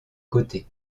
côté